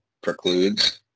precludes